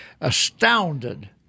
astounded